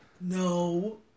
No